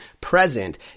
present